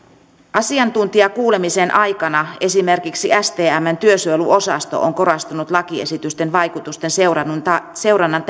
asiantuntijakuulemisen aikana esimerkiksi stmn työsuojeluosasto on korostanut lakiesitysten vaikutusten seurannan